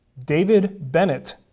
david bennett,